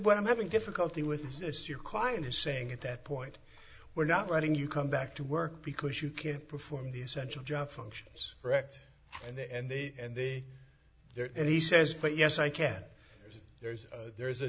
what i'm having difficulty with is this your client is saying at that point we're not letting you come back to work because you can't perform the essential job functions correct and the end the end the there and he says but yes i can there's there is a